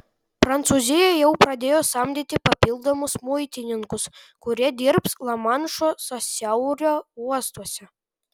prancūzija jau pradėjo samdyti papildomus muitininkus kurie dirbs lamanšo sąsiaurio uostuose